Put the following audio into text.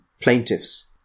plaintiffs